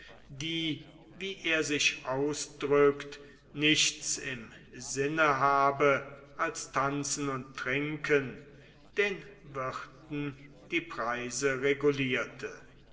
die wie er sich ausdrückt nichts im sinne habe als tanzen und trinken den wirten die preise regulierte